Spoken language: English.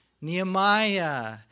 Nehemiah